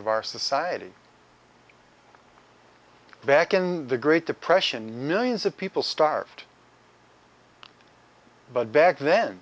of our society back in the great depression millions of people starved but back then